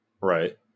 Right